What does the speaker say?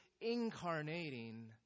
incarnating